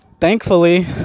thankfully